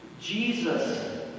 Jesus